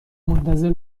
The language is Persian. منتظر